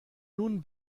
nun